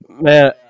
Man